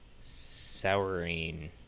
souring